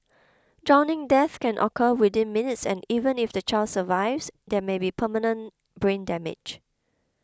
drowning deaths can occur within minutes and even if the child survives there may be permanent brain damage